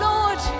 Lord